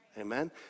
Amen